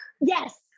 yes